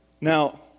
Now